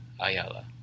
Ayala